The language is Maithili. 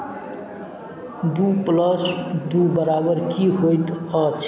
दू प्लस दू बराबर की होइत अछि